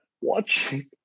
watching